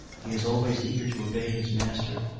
he is always eager to obey his master,